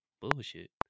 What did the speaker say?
bullshit